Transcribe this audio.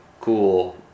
cool